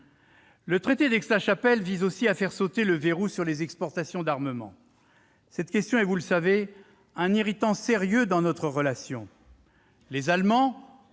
Le traité d'Aix-la-Chapelle vise aussi à faire sauter le verrou existant sur les exportations d'armements. Cette question, vous le savez, est un irritant sérieux dans notre relation. Les Allemands,